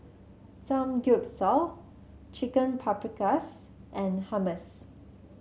Samgyeopsal Chicken Paprikas and Hummus